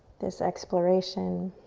this exploration,